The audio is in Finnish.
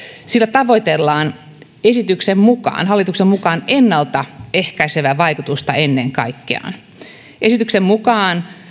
tavoitellaan esityksen mukaan hallituksen mukaan ennen kaikkea ennalta ehkäisevää vaikutusta esityksen mukaan